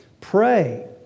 pray